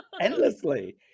endlessly